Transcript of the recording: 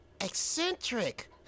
eccentric